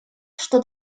что